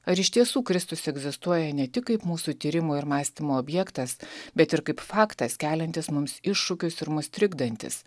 ar iš tiesų kristus egzistuoja ne tik kaip mūsų tyrimų ir mąstymo objektas bet ir kaip faktas keliantis mums iššūkius ir mus trikdantis